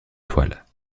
toiles